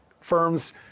firms